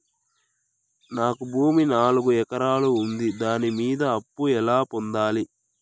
నాకు భూమి నాలుగు ఎకరాలు ఉంది దాని మీద అప్పు ఎలా పొందాలి?